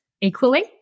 equally